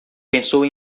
pensou